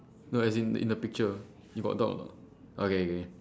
no as in in the picture you got dog or not okay okay